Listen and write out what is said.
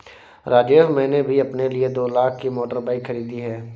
राजेश मैंने भी अपने लिए दो लाख की मोटर बाइक खरीदी है